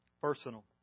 personal